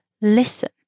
listen